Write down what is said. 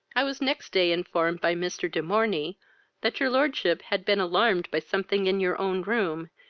i was next day informed by mr. de morney that your lordship had been alarmed by something in your own room,